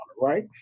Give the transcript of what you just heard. right